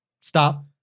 stop